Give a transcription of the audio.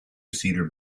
seater